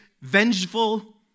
vengeful